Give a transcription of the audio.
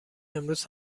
امروز